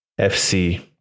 FC